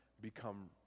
become